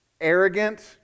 arrogant